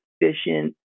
efficient